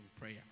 prayer